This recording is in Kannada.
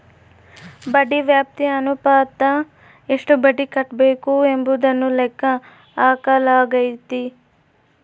ಬಡ್ಡಿ ವ್ಯಾಪ್ತಿ ಅನುಪಾತ ಎಷ್ಟು ಬಡ್ಡಿ ಕಟ್ಟಬೇಕು ಎಂಬುದನ್ನು ಲೆಕ್ಕ ಹಾಕಲಾಗೈತಿ